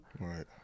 Right